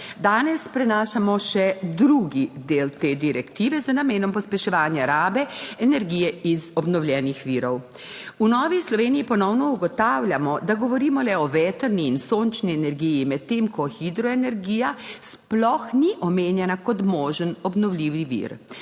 Danes prenašamo še drugi del te direktive z namenom pospeševanja rabe energije iz obnovljenih virov. V Novi Sloveniji ponovno ugotavljamo, da govorimo le o vetrni in sončni energiji, medtem ko hidroenergija sploh ni omenjena kot možen obnovljivi vir.